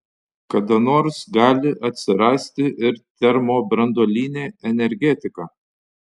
kada nors gali atsirasti ir termobranduolinė energetika